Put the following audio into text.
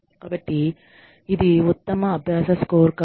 కాబట్టి ఇది ఉత్తమ అభ్యాస స్కోర్కార్డ్